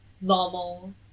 normal